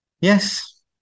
Yes